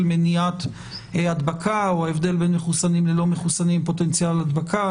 מניעת הדבקה או ההבדל בין מחוסנים ללא מחוסנים עם פוטנציאל הדבקה.